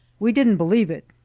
we didn't believe it,